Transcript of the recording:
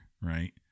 right